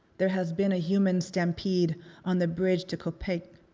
there has been a human stampede on the bridge to koh pich,